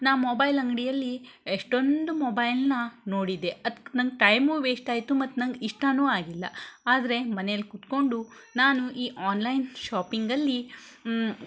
ನಾನು ಮೊಬೈಲ್ ಅಂಗಡಿಯಲ್ಲಿ ಎಷ್ಟೊಂದು ಮೊಬೈಲ್ನ ನೋಡಿದೆ ಅದ್ಕೆ ನಂಗೆ ಟೈಮೂ ವೇಸ್ಟ್ ಆಯಿತು ಮತ್ತು ನಂಗೆ ಇಷ್ಟಾನು ಆಗಿಲ್ಲ ಆದರೆ ಮನೇಲ್ಲಿ ಕುತ್ಕೊಂಡು ನಾನು ಈ ಆನ್ಲೈನ್ ಶಾಪಿಂಗಲ್ಲಿ